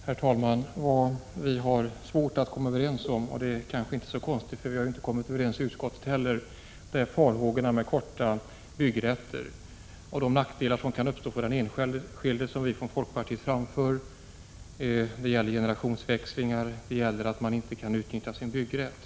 Herr talman! De punkter där vi har svårt att komma överens — vilket kanske inte är så konstigt, eftersom vi inte heller i utskottet har kunnat komma överens — avser tidsbegränsad byggrätt, där vi från folkpartiet hyser farhågor om nackdelar i samband med generationsväxlingar och risker för att man inte skall kunna utnyttja sin byggrätt.